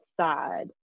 side